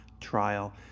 Trial